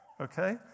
Okay